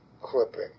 clipping